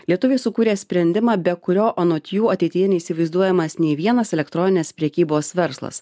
lietuviai sukūrė sprendimą be kurio anot jų ateityje neįsivaizduojamas nei vienas elektroninės prekybos verslas